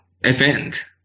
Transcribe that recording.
event